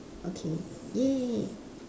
okay !yay!